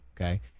okay